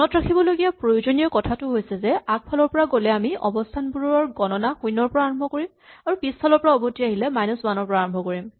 মনত ৰাখিবলগীয়া প্ৰয়োজনীয় কথাটো হৈছে যে আগফালৰ পৰা গ'লে আমি অৱস্হানবোৰৰ গণনা শূণ্যৰ পৰা আৰম্ভ কৰিম আৰু পিছফালৰ পৰা উভতি আহিলে মাইনাচ ৱান ৰ পৰা আৰম্ভ কৰিম